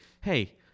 hey